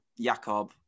Jakob